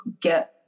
get